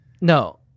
No